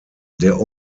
der